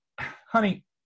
honey